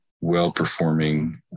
well-performing